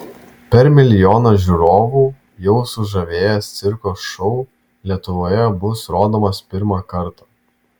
per milijoną žiūrovų jau sužavėjęs cirko šou lietuvoje bus rodomas pirmą kartą